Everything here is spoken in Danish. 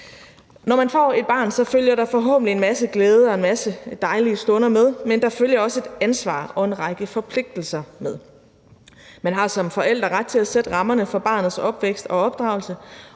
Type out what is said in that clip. Når man får et barn, følger der forhåbentlig en masse glæder og en masse dejlige stunder med, men der følger også et ansvar og en række forpligtelser med. Man har som forældre ret til at sætte rammerne for barnets opvækst og opdragelse,